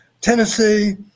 Tennessee